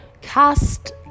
cast